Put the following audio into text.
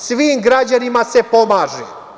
Svim građanima se pomaže.